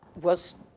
was,